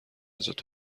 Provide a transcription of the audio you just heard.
جات